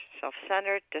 self-centered